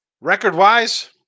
record-wise